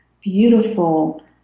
beautiful